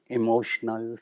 emotional